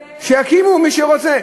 באלעד, שיקימו, מי שרוצה.